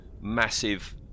massive